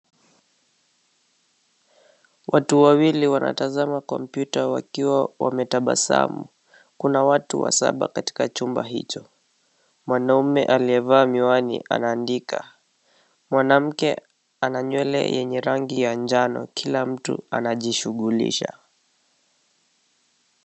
Watu wawili wanatazama kompyuta wakiwa wametabasamu. Kuna watu wasaba katika chumba hicho. Mwanaume aliyevaa miwani, anaandika. Mwanamke ana nywele yenye rangi ya njano. Kila mtu anajishughulisha.